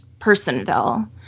Personville